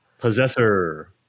Possessor